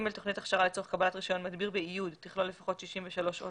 תוכנית הכשרה לצורך קבלת רישיון מדביר באיוד תכלול לפחות 63 שעות